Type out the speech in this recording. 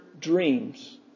dreams